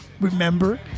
remember